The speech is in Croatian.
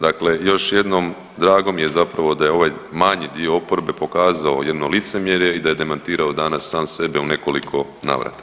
Dakle, još jednom drago mi je zapravo da je ovaj manji dio oporbe pokazao jedno licemjerje i da je demantirao danas sam sebe u nekoliko navrata.